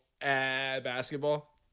basketball